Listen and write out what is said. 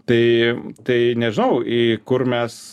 tai tai nežinau į kur mes